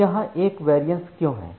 अब यह यहाँ एक वेरियंस क्यों है